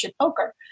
Poker